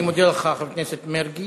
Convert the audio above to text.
אני מודה לך, חבר הכנסת מרגי.